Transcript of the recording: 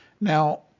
Now